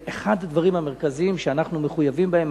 זה אחד הדברים המרכזיים שאנחנו מחויבים בהם.